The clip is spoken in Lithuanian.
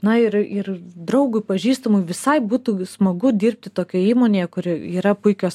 na ir ir draugui pažįstamui visai būtų vis smagu dirbti tokioj įmonėje kur yra puikios